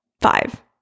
five